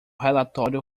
relatório